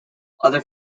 other